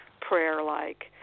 prayer-like